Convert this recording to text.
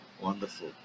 wonderful